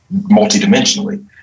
multidimensionally